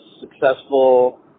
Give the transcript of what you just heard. successful